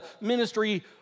ministry